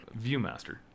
viewmaster